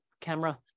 camera